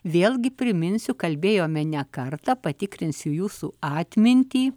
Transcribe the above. vėlgi priminsiu kalbėjome ne kartą patikrinsiu jūsų atmintį